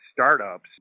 startups